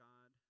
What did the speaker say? God